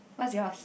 what's yours